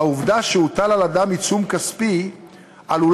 העובדה שהוטל על אדם עיצום כספי עלולה